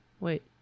Wait